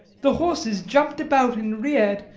the horses jumped about and reared,